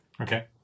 Okay